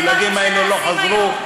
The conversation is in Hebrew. הילדים האלה לא חזרו,